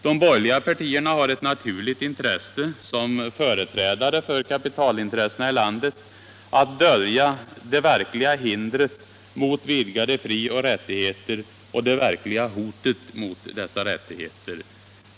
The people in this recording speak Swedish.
De borgerliga partierna har ett naturligt intresse — som företrädare för kapitalintressena i landet — att dölja det verkliga hindret mot vidgade frioch rättigheter och det verkliga hotet mot dessa rättigheter.